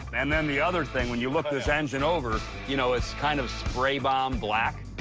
and then the other thing, when you look this engine over, you know, it's kind of spray bomb black.